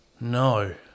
No